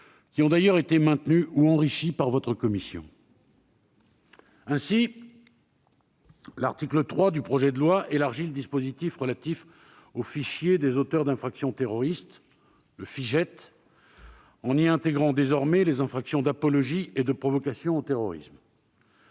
qui ont d'ailleurs été maintenues ou enrichies par votre commission des lois. Ainsi, l'article 3 du projet de loi élargit le dispositif du fichier judiciaire national automatisé des auteurs d'infractions terroristes (Fijait), en y intégrant désormais les infractions d'apologie et de provocation au terrorisme.